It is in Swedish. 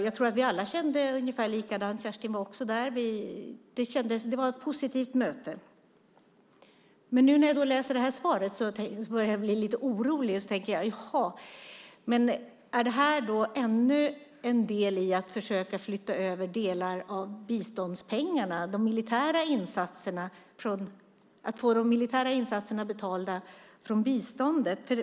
Jag tror att vi alla kände ungefär likadant. Kerstin var också där. Det var ett positivt möte. Men nu när jag läser svaret börjar jag bli lite orolig. Jag tänker: Jaha, är det här ännu en del i att försöka flytta över delar av biståndspengarna? Ska man få de militära insatserna betalda från biståndet?